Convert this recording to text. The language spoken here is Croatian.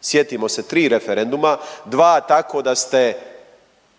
sjetimo se 3 referenduma, 2 tako da ste